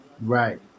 Right